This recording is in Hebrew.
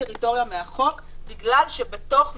בארצות הברית.